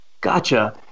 Gotcha